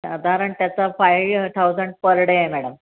साधारण त्याचा five thousand per day आहे मॅडम